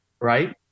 right